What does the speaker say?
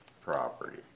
property